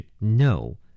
No